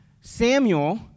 Samuel